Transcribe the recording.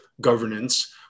governance